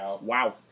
Wow